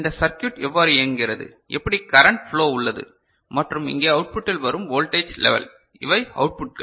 இந்த சர்க்யுட் எவ்வாறு இயங்குகிறது எப்படி கரண்ட் ஃப்ளோ உள்ளது மற்றும் இங்கே அவுட்புட்டில் வரும் வோல்டேஜ் லெவல் இவை அவுட்புட்கள்